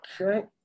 Okay